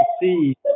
see